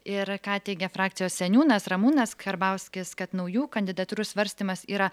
ir ką teigia frakcijos seniūnas ramūnas karbauskis kad naujų kandidatūrų svarstymas yra